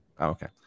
Okay